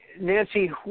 Nancy